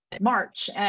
March